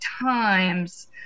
times